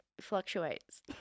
fluctuates